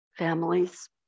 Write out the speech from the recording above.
families